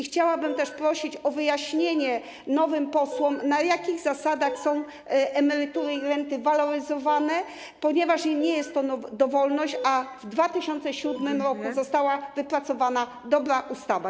Chciałabym też prosić o wyjaśnienie nowym posłom, na jakich zasadach emerytury i renty są waloryzowane, ponieważ nie jest to dowolność, a w 2007 r. została wypracowana dobra ustawa.